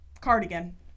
Cardigan